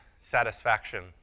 satisfaction